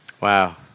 Wow